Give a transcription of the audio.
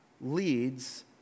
leads